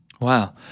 Wow